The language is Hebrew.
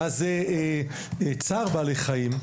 מה זה צער בעלי חיים,